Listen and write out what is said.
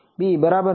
b બરાબર ને